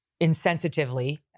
insensitively